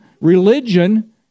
religion